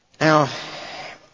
Now